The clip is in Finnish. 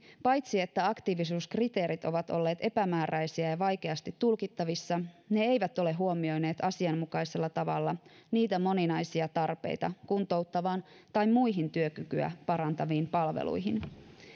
paitsi että aktiivisuuskriteerit ovat olleet epämääräisiä ja ja vaikeasti tulkittavissa ne eivät ole huomioineet asianmukaisella tavalla niitä moninaisia tarpeita kuntouttaviin tai muihin työkykyä parantaviin palveluihin